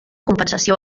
compensació